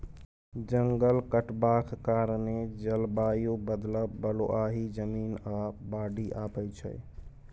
जंगल कटबाक कारणेँ जलबायु बदलब, बलुआही जमीन, आ बाढ़ि आबय छै